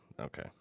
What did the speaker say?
okay